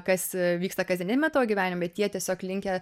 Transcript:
kas vyksta kasdieniniame gyvenime bet jie tiesiog linkę